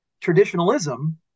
Traditionalism